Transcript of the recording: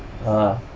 ah